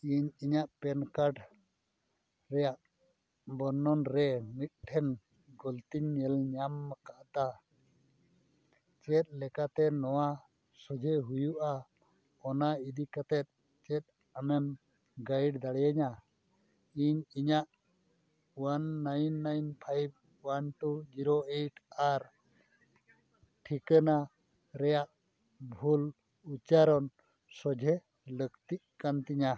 ᱤᱧ ᱤᱧᱟᱹᱜ ᱯᱮᱱᱠᱟᱨᱰ ᱨᱮᱱᱟᱜ ᱵᱚᱨᱱᱚᱱ ᱨᱮ ᱢᱤᱫᱴᱮᱱ ᱜᱟᱹᱞᱛᱤᱧ ᱧᱮᱞ ᱧᱟᱢ ᱟᱠᱟᱫᱟ ᱪᱮᱫ ᱞᱮᱠᱟᱛᱮ ᱱᱚᱣᱟ ᱥᱚᱡᱷᱮᱭ ᱦᱩᱭᱩᱜᱼᱟ ᱚᱱᱟ ᱤᱫᱤ ᱠᱟᱛᱮᱫ ᱪᱮᱫ ᱟᱢᱮᱢ ᱜᱟᱭᱤᱰ ᱫᱟᱲᱮᱭᱟᱹᱧᱟᱹ ᱤᱧ ᱤᱧᱟᱹᱜ one nine nine five one two zero eight ᱟᱨ ᱴᱷᱤᱠᱟᱹᱱᱟ ᱨᱮᱱᱟᱜ ᱵᱷᱩᱞ ᱩᱪᱪᱟᱨᱚᱱ ᱥᱚᱡᱷᱮᱭ ᱞᱟᱹᱠᱛᱤᱜ ᱠᱟᱱ ᱛᱤᱧᱟᱹ